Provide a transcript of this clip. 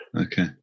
Okay